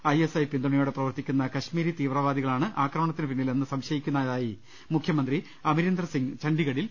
I S I പിന്തുണയോടെ പ്രവർത്തിക്കുന്ന കൾമീരി തീവ്രവാദി കളാണ് ആക്രണമണത്തിന് പിന്നിലെന്ന് സംശയിക്കു ന്നതായി മുഖ്യമന്ത്രി അമരീന്ദർ സിംഗ് ഛണ്ഡീഗഡിൽ